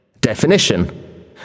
Definition